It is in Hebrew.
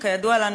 וכידוע לנו,